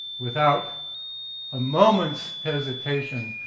without a moment's hesitation,